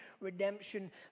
redemption